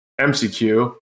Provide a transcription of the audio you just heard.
MCQ